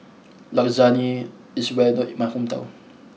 Lasagne is well known in my hometown